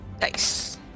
Nice